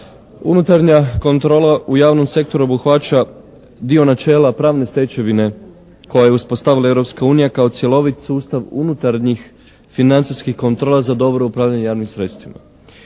Unutarnja kontrola u javnom sektoru obuhvaća dio načela pravne stečevine koju je uspostavila Europska unija kao cjelovit sustav unutarnjih financijskih kontrola za dobro upravljanje javnim sredstvima.